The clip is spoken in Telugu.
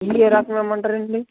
ఇవి ఏ రకం ఇవ్వమంటారు అండి